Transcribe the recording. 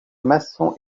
maçon